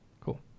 cool